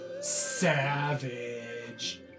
Savage